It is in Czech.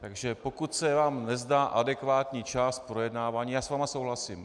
Takže pokud se vám nezdá adekvátní čas projednávání, já s vámi souhlasím.